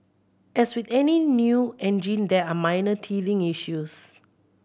as with any new engine there are minor teething issues